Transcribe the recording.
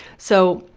so,